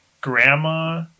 grandma